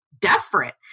desperate